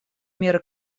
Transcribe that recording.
меры